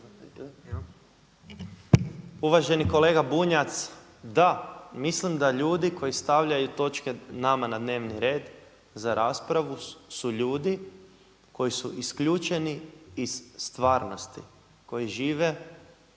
Uvaženi kolega Bunjac, da mislim da ljudi koji stavljaju točke nama na dnevni red za raspravu su ljudi koji su isključeni iz stvarnosti, koji žive